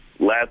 last